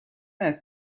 است